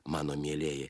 mano mielieji